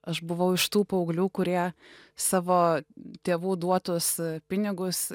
aš buvau iš tų paauglių kurie savo tėvų duotus pinigus